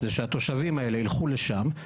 זה שהתושבים האלה יילכו לשם,